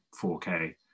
4k